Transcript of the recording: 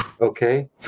Okay